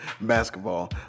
basketball